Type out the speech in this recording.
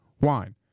wine